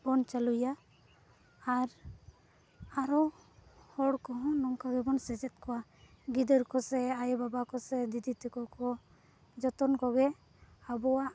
ᱵᱚᱱ ᱪᱟᱹᱞᱩᱭᱟ ᱟᱨ ᱟᱨᱦᱚᱸ ᱦᱚᱲ ᱠᱚᱦᱚᱸ ᱱᱚᱝᱠᱟ ᱜᱮᱵᱚᱱ ᱥᱮᱪᱮᱫ ᱠᱚᱣᱟ ᱜᱤᱫᱟᱹᱨ ᱠᱚ ᱥᱮ ᱟᱭᱳᱼᱵᱟᱵᱟ ᱠᱚ ᱥᱮ ᱫᱤᱫᱤ ᱛᱮᱠᱚ ᱠᱚ ᱡᱚᱛᱚ ᱠᱚᱜᱮ ᱟᱵᱚᱣᱟᱜ